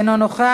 אינו נוכח.